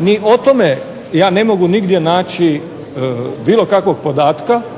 Mi o tome, ja ne mogu nigdje naći bilo kakvog podatka,